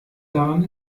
daran